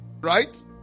Right